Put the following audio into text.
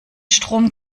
strom